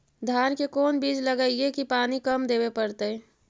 धान के कोन बिज लगईऐ कि पानी कम देवे पड़े?